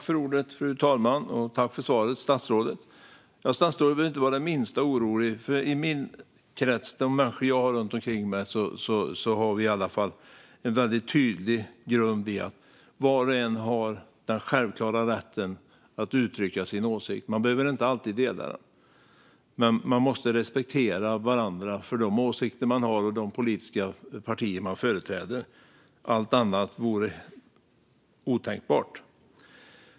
Fru talman! Tack för svaret, statsrådet! Statsrådet behöver inte vara det minsta orolig. I min krets och bland de människor som jag har runt omkring mig har vi en väldigt tydlig grundsyn. Var och en har en självklar rätt att uttrycka sin åsikt. Även om man inte alltid delar åsikt måste man respektera varandra för de åsikter var och en har och de politiska partier de företräder. Allt annat vore otänkbart.